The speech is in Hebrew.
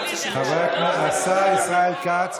השר ישראל כץ.